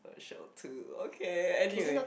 shall too okay anyway